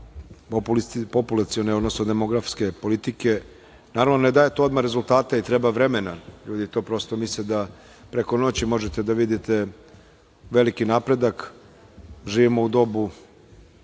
populacione, odnosno demografske politike. Naravno, ne daje to odmah rezultate i treba vremena. Ljudi to, prosto, misle da preko noći možete da vidite veliki napredak. Živimo u dobu